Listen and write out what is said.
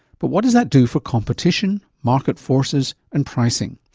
but what does that do for competition, market forces and pricing?